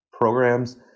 programs